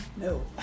no